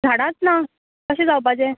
झाडांच ना कशें जावपाचें